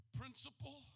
Principle